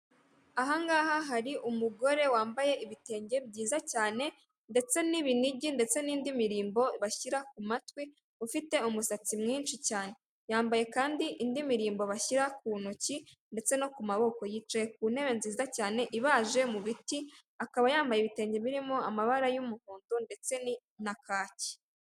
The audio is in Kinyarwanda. Ahangaha hari umugore wambaye ibitenge byiza cyane ndetse n'ibininiigi ndetse n'indi mirimbo bashyira ku matwi ufite umusatsi mwinshi cyane yambaye kandi indi mirimbo bashyira ku ntoki ndetse no ku maboko yicaye ku ntebe nziza cyane ibaje mu biti akaba yambaye ibitenge birimo amabara y'umuhondo ndetse na kacyi.